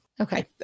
Okay